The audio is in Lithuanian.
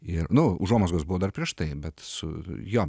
ir nu užuomazgos buvo dar prieš tai bet su jo